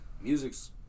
Music's